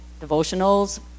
devotionals